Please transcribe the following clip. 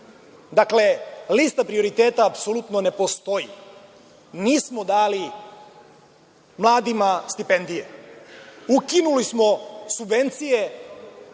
lista prioriteta apsolutno ne postoji. Nismo dali mladima stipendije. Ukinuli smo subvencije